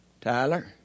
Tyler